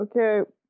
Okay